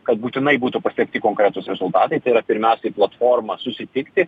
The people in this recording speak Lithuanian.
kad būtinai būtų pasiekti konkretūs rezultatai tai yra pirmiausiai platforma susitikti